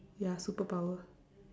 ya superpower